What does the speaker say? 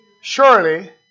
Surely